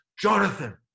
Jonathan